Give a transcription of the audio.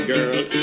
Girl